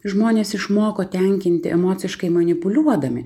žmonės išmoko tenkinti emociškai manipuliuodami